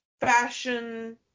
fashion